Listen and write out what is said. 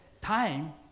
time